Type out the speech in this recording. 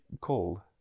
called